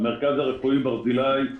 המרכז הרפואי ברזילי,